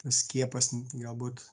skiepas galbūt